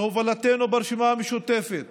בהובלתנו ברשימה המשותפת